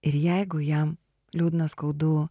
ir jeigu jam liūdna skaudu